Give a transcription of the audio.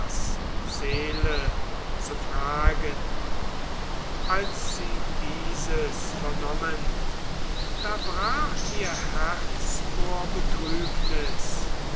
seele zu fragen als sie dieses vernommen da brach ihr herz vor betrübnis